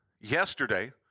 yesterday